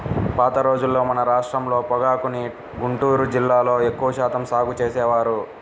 పాత రోజుల్లో మన రాష్ట్రంలో పొగాకుని గుంటూరు జిల్లాలో ఎక్కువ శాతం సాగు చేసేవారు